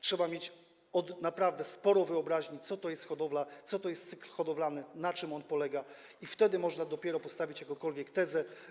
Trzeba mieć naprawdę sporo wyobraźni, co to jest hodowla, co to jest cykl hodowlany, na czym on polega, i wtedy można dopiero postawić jakąkolwiek tezę.